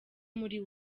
muri